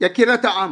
יקירת העם.